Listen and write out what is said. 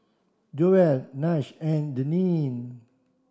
Joel Nash and Deneen